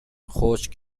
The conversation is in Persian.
خشک